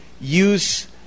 use